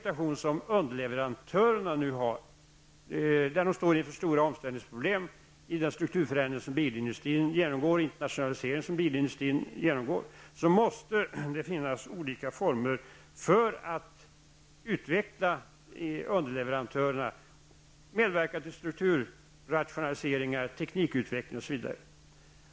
Underleverantörerna står inför stora omställningsproblem i den strukturförändring och internationalisering som bilindustrin nu genomgår. Man måste då finna olika former för att utveckla underleverantörerna och få deras medverkan i strukturrationaliseringar, teknikutveckling osv.